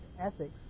ethics